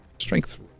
Strength